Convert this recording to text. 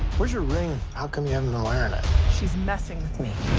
where's your ring? how come. you know and she's messing with me.